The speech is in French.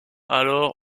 alors